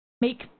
make